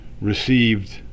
received